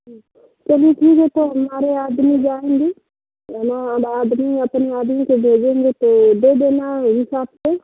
ठीक है चलिए ठीक है तो हमारे आदमी जाएँगे है ना आदमी अपने आदमी को भेजेंगे तो दे देना हिसाब से